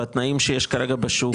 בתנאים שיש כרגע בשוק,